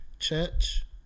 Church